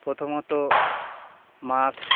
প্রথমত মাস